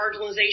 marginalization